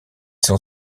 sont